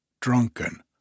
drunken